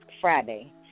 Friday